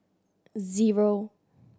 zero